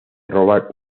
robar